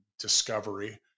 discovery